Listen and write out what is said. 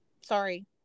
sorry